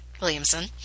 Williamson